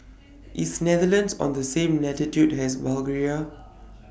IS Netherlands on The same latitude as Bulgaria